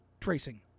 tracing